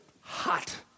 hot